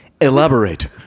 Elaborate